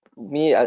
me, ah